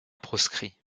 proscrit